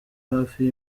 hafi